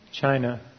China